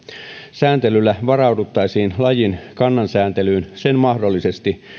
sääntelyllä varauduttaisiin lajin kannansääntelyyn sen mahdollisesti